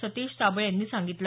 सतीश साबळे यांनी सांगितलं